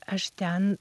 aš ten